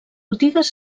botigues